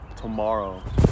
Tomorrow